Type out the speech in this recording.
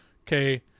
okay